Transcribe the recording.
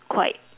quite